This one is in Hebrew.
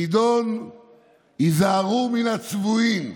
חידון "היזהרו מן הצבועים"